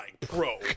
Pro